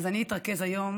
אני אתרכז היום